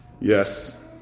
Yes